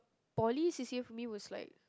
poly C_C_A for me was like